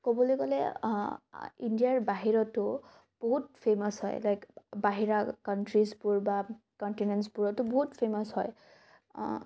ক'বলৈ গ'লে ইণ্ডিয়াৰ বাহিৰতো বহুত ফেমাচ হয় লাইক বাহিৰা কাণট্ৰিজবোৰ বা কণ্টিনেণ্টচবোৰতো বহুত ফেমাচ হয়